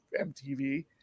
MTV